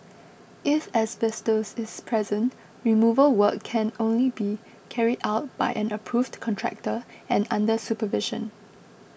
if asbestos is present removal work can only be carried out by an approved contractor and under supervision